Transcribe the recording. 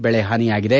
ಬೆಳೆ ಹಾನಿಯಾಗಿದೆ